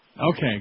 Okay